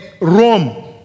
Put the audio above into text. Rome